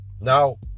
Now